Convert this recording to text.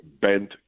bent